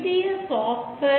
இந்திய சாஃப்ட்வேர்